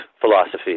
philosophy